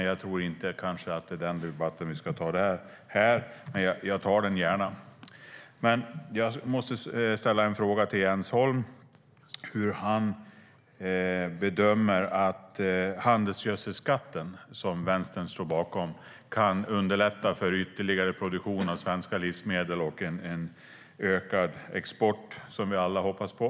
Jag tror kanske inte att det är den debatten vi ska ta här och nu, men jag tar den gärna. Något jag undrar är hur Jens Holm bedömer att handelsgödselskatten, som Vänstern står bakom, kan underlätta för ytterligare produktion av svenska livsmedel och för en ökad export, som vi alla hoppas på.